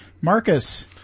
Marcus